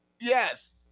yes